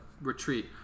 retreat